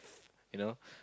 you know